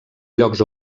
llocs